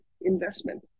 investment